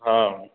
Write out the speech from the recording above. हा